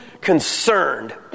concerned